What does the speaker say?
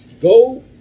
go